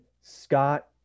Scott